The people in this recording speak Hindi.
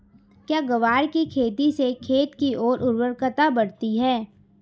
क्या ग्वार की खेती से खेत की ओर उर्वरकता बढ़ती है?